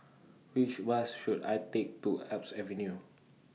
Which Bus should I Take to Alps Avenue